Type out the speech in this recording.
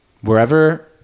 Wherever